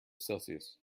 celsius